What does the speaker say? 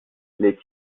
les